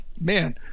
man